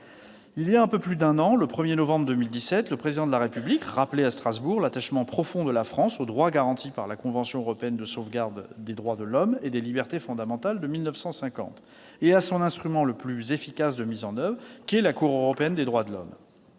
Voilà un peu plus d'un an, le 1 novembre 2017, le Président de la République rappelait, à Strasbourg, l'attachement profond de la France aux droits garantis par la Convention européenne de sauvegarde des droits de l'homme et des libertés fondamentales de 1950, et à son instrument le plus efficace de mise en oeuvre qu'est la Cour européenne des droits de l'homme.